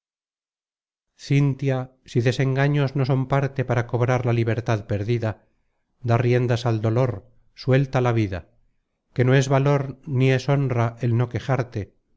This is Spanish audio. si desengaños no son parte para cobrar la libertad perdida da riendas al dolor suelta la vida que no es valor ni es honra el no quejarte